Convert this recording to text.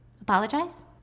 Apologize